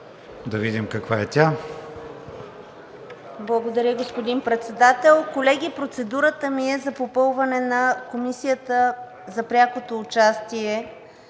АТАНАСОВА (ГЕРБ-СДС): Благодаря, господин Председател. Колеги, процедурата ми е за попълване на Комисията за прякото участие